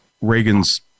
Reagan's